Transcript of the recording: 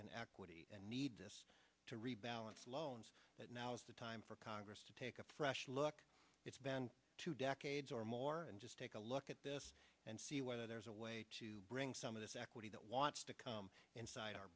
in equity and need to rebalance loans that now is the time for congress to take a fresh look it's been two decades or more and just take a look at this and see whether there's a way to bring some of this equity that wants to come inside our